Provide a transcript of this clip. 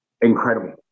incredible